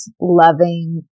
loving